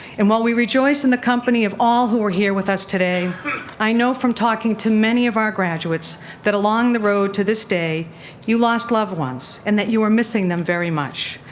and while we rejoice in the company of all who are here with us today i know from talking to many of our graduates that along the road to this day you lost loved ones and that you are missing them very much.